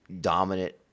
dominant